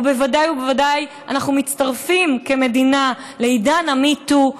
ובוודאי ובוודאי אנחנו מצטרפים כמדינה לעידן ה-Me Too,